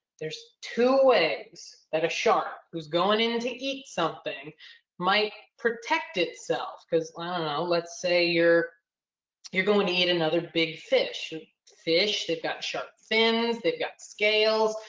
there's two ways that a shark who's going in to eat something might protect itself cause i don't know, let's say you're you're going to eat another big fish. the fish, they've got sharp fins, they've got scales.